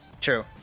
True